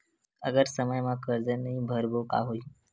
अगर समय मा कर्जा नहीं भरबों का होई?